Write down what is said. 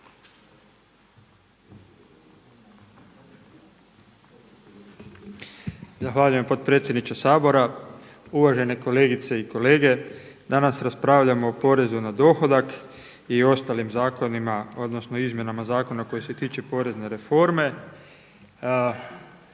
Zahvaljujem potpredsjedniče Sabora. Uvažene kolegice i kolege. Danas raspravljamo o porezu na dohodak i ostalim zakonima odnosno izmjenama zakona koji se tiču porezne reforme.